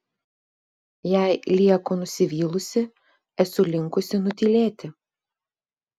jei lieku nusivylusi esu linkusi nutylėti